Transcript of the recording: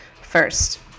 first